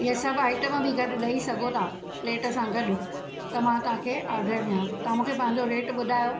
इहे सभु आइटम बि गॾु ॾई सघो था प्लेट सां गॾु त मां तव्हां खे ऑर्डरु ॾिया तव्हां मूंखे पंहिंजो रेट ॿुधायो